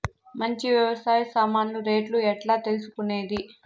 మంచి వ్యవసాయ సామాన్లు రేట్లు ఎట్లా తెలుసుకునేది?